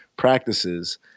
practices